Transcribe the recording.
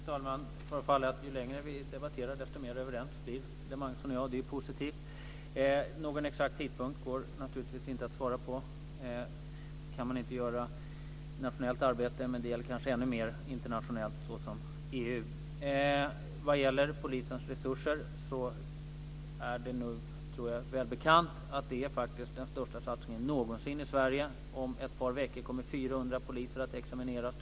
Fru talman! Det förefaller som att Cecilia Magnusson och jag blir mer överens ju längre vi debatterar. Det är positivt. Det går naturligtvis inte att säga någon exakt tidpunkt. Det kan man inte göra i fråga om nationellt arbete, men det gäller kanske ännu mer internationellt arbete, såsom EU-arbetet. När det gäller polisens resurser är det nu, tror jag, väl bekant att det faktiskt är den största satsningen någonsin i Sverige. Om ett par veckor kommer 400 poliser att examineras.